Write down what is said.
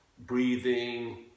Breathing